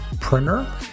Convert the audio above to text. Printer